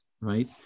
right